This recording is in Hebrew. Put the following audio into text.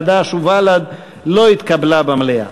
חד"ש ובל"ד לא התקבלה במליאה.